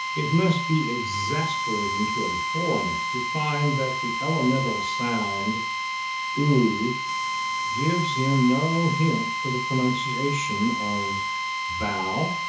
it must be exasperating to a foreigner to find that the elemental sound ou gives him no hint for the pronunciation of bough,